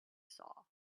saw